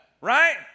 Right